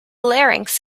larynx